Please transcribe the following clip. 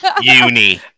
Uni